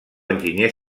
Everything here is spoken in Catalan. enginyer